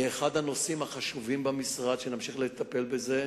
היא אחד הנושאים החשובים במשרד, נמשיך לטפל בזה.